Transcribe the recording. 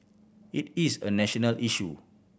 it is a national issue